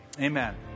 amen